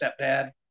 stepdad